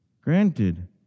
Granted